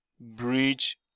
bridge